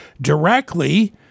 directly